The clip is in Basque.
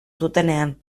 zutenean